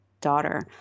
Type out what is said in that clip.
daughter